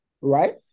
right